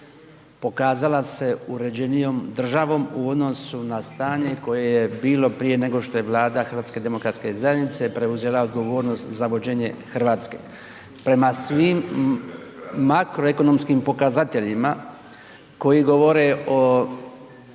pokazala se uređenijom državom u odnosu na stanje koje je bilo prije nego što je Vlada HDZ-a preuzela odgovornost za vođenje Hrvatske. Prema svim makroekonomskim pokazateljima koji govore o